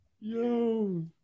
yo